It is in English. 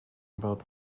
about